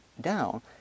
down